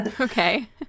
Okay